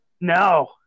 No